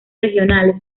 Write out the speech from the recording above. regionales